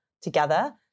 together